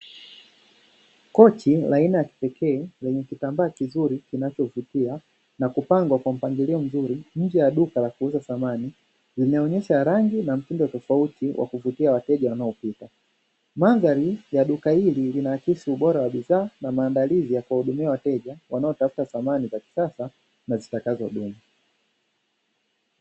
Kochi la aina ya kipekee lenye kitambaa kizuri kinachovutia, na kupangwa kwa mpangilio mzuri nje ya duka la kuuza samani linaonesha rangi na mtindo tofauti wa kuvutia wateja wanaopita. Mandhari ya duka hili linaakisi ubora wa bidhaa na maandalizi ya kuwahudumia wateja wanaotafuta samani za kisasa, na zitakazo dumu.